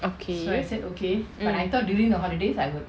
okay mm